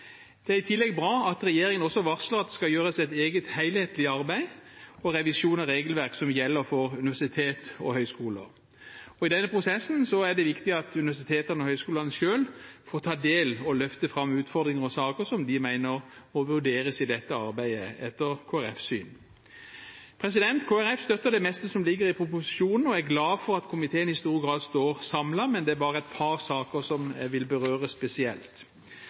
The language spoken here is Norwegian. Det er i tillegg bra at regjeringen også varsler at det skal gjøres et eget helhetlig arbeid og revisjon av regelverket som gjelder for universiteter og høyskoler. I denne prosessen er det etter Kristelig Folkepartis syn viktig at universitetene og høyskolene selv får ta del og løfte fram utfordringer og saker som de mener må vurderes i dette arbeidet. Kristelig Folkeparti støtter det meste som ligger i proposisjonen, og er glad for at komiteen i stor grad står samlet, men det er et par saker jeg vil berøre spesielt.